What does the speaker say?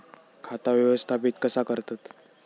खाता व्यवस्थापित कसा करतत?